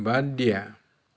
বাদ দিয়া